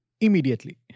immediately